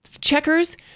checkers